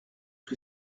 que